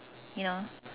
you know